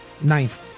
ninth